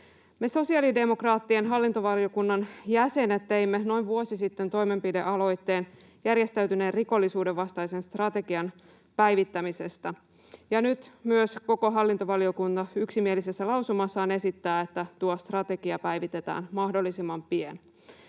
Me sosiaalidemokraattien hallintovaliokunnan jäsenet teimme noin vuosi sitten toimenpidealoitteen järjestäytyneen rikollisuuden vastaisen strategian päivittämisestä, ja nyt myös koko hallintovaliokunta yksimielisessä lausumassaan esittää, että tuo strategia päivitetään mahdollisimman pian.